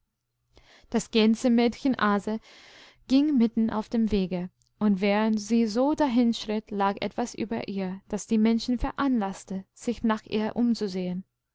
das gänsemädchen aase ging mitten auf dem wege und während sie so dahin schritt lag etwas über ihr das die menschen veranlaßte sich nach ihr umzusehen